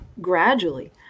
gradually